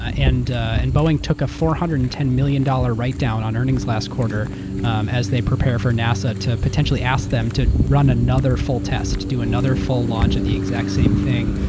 ah and and boeing took a four hundred and ten million dollars write-down on earnings last quarter um as they prepare for nasa to potentially ask them to run another full test, do another full launch of the exact same thing,